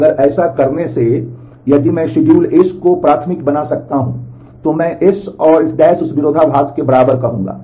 और अगर ऐसा करने से यदि मैं शेड्यूल S को प्राथमिक बना सकता हूं तो मैं S और S को उस विरोधाभास के बराबर कहूंगा